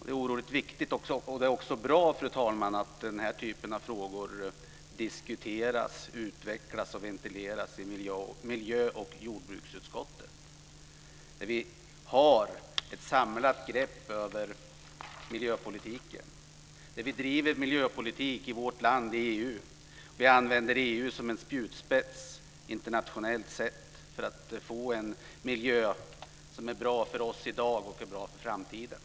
Det är oerhört viktigt, fru talman, att den här typen av frågor diskuteras i miljö och jordbruksutskottet, där vi tar ett samlat grepp över miljöpolitiken. Vi driver från vårt lands sida miljöpolitik i EU, och vi använder EU som en spjutspets internationellt för att få en miljö som är bra för oss i dag och för framtiden.